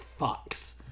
fucks